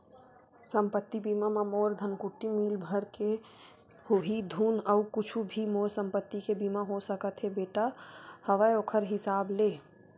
संपत्ति बीमा म मोर धनकुट्टी मील भर के होही धुन अउ कुछु भी मोर संपत्ति के बीमा हो सकत हे बेटा हवय ओखर हिसाब ले?